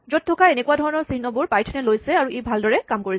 য'ত থকা এনেকুৱা ধৰণৰ চিহ্নবোৰ পাইথনে লৈছে আৰু ই ভালদৰে কাম কৰিছে